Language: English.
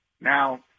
Now